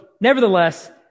nevertheless